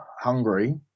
Hungary